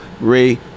Ray